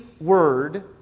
word